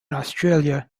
australia